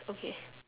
okay